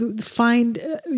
find